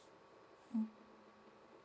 mm